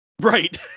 Right